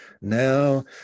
now